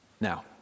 Now